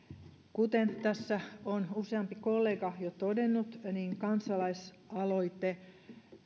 kuten tässä on useampi kollega jo todennut kansalaisaloite